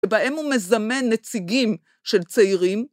בהם הוא מזמן נציגים של צעירים.